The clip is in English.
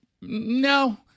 no